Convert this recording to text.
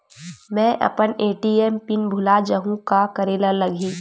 मैं अपन ATM PIN भुला जहु का करे ला लगही?